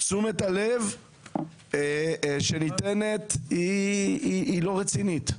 תשומת הלב שניתנת לא רצינית.